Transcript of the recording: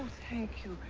thank you.